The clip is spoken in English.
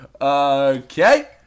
Okay